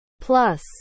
Plus